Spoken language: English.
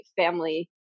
family